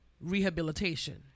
rehabilitation